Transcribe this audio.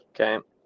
Okay